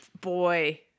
boy